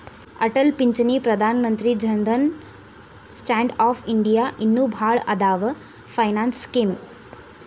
ಅಟಲ್ ಪಿಂಚಣಿ Pradhan Mantri Jan Dhan stand up India ಇನ್ನು ಭಾಳ್ ಅದಾವ್ ಫೈನಾನ್ಸ್ ಸ್ಕೇಮ್